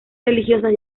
religiosas